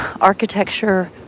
architecture